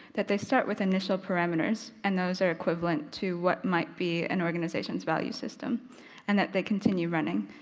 that they start with initial parameters and those are equivalent to what might be an organisations value system and that they continue running.